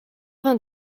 vingt